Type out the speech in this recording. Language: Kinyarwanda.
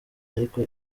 ariko